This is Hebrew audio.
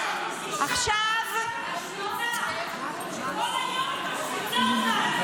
אישה --- כל היום היא משמיצה אותנו.